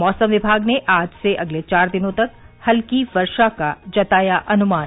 मौसम विभाग ने आज से अगले चार दिनों तक हल्की वर्षा का जताया अनुमान